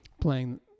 playing